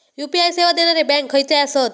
UPI सेवा देणारे bank खयचे आसत?